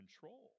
control